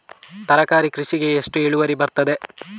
ತರಕಾರಿ ಕೃಷಿಗೆ ಎಷ್ಟು ಇಳುವರಿ ಬರುತ್ತದೆ?